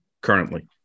currently